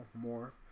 more